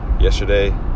Yesterday